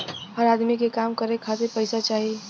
हर अदमी के काम करे खातिर पइसा चाही